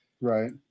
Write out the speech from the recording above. Right